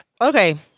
Okay